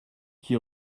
qui